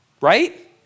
Right